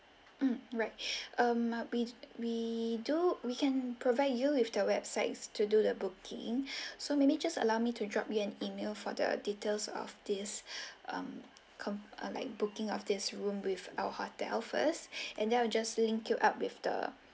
mm right um we we do we can provide you with the websites to do the booking so may be just allow me to drop you an email for the details of this um com~ ah like booking of this room with our hotel first and then I'll just link you up with the